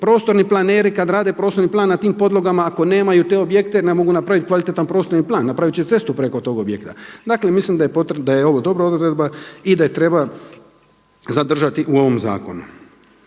prostorni planeri kad rade prostorni plan na tim podlogama ako nemaju te objekte ne mogu napraviti kvalitetan prostorni plan, napravit će cestu preko tog objekta. Dakle, mislim da je ovo dobra odredba i da je treba zadržati u ovom zakonu.